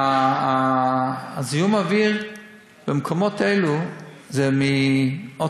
מה שאני רוצה להגיד לכם: זיהום האוויר במקומות האלו זה מאוטובוסים.